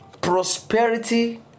Prosperity